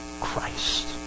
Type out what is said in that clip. Christ